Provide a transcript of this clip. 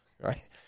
right